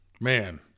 Man